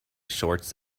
shorts